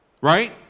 right